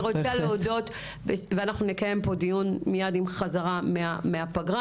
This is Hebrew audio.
אנחנו נקיים פה דיון מייד עם החזרה מהפגרה